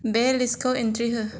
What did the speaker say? बे लिस्टखौ एन्ट्री हो